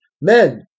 Men